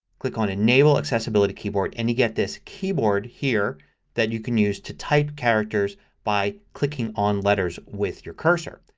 click on enable accessibility keyboard and you get this keyboard here that you can use to type characters by clicking on letters with your cursor.